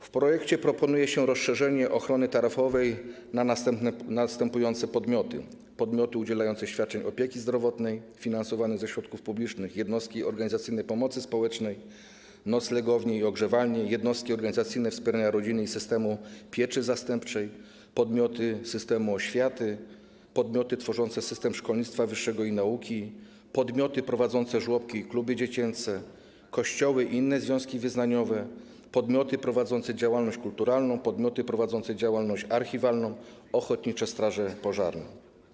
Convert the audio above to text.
W projekcie proponuje się rozszerzenie ochrony taryfowej na następujące podmioty: podmioty udzielające świadczeń opieki zdrowotnej finansowanych ze środków publicznych, jednostki organizacyjne pomocy społecznej, noclegownie i ogrzewalnie, jednostki organizacyjne wspierania rodziny i systemu pieczy zastępczej, podmioty systemu oświaty, podmioty tworzące system szkolnictwa wyższego i nauki, podmioty prowadzące żłobki i kluby dziecięce, kościoły i inne związki wyznaniowe, podmioty prowadzące działalność kulturalną, podmioty prowadzące działalność archiwalną, ochotnicze straże pożarne.